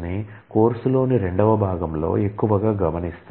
ని కోర్సు లోని రెండవ భాగంలో ఎక్కువగా గమనిస్తారు